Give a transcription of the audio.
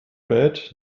bed